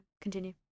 Continue